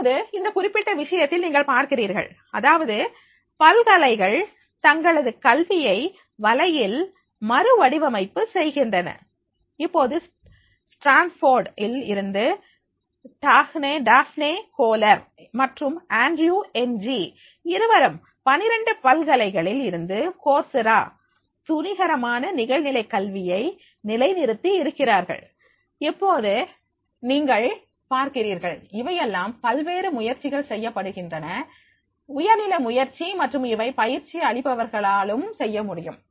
இப்போது இந்த குறிப்பிட்ட விஷயத்தில் நீங்கள் பார்க்கிறீர்கள் அதாவது பல்கலைகள் தங்களது கல்வியை வலையில் மறு வடிவமைப்பு செய்கின்றன இப்பொழுது ஸ்டிரான்ஸ்போர்ட் இல் இருந்து டாஃநே கோலர் மற்றும் ஆன்றுயு என் ஜி இருவரும் 12 பல்கலைகளில் இருந்து கோர்ஸ் இரா துணிகரமாக நிகழ்நிலை கல்வியை நிலை நிறுத்தி இருக்கிறார்கள் இப்போது நீங்கள் பார்க்கிறீர்கள் இவையெல்லாம் பல்வேறு முயற்சிகள் செய்யப்படுகின்றன உயர்நிலை முயற்சி மற்றும் இவை பயிற்சி அளிப்பவர்களாளும் செய்யமுடியும்